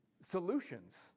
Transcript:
solutions